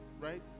right